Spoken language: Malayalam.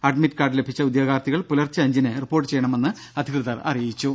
അഡ്മിറ്റ് കാർഡ് ലഭിച്ച ഉദ്യോഗാർഥികൾ പുലർച്ചെ അഞ്ചിന് റിപ്പോർട്ട് ചെയ്യണമെന്ന് അധികൃതർ അറിയിച്ചു